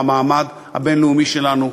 במעמד הבין-לאומי שלנו,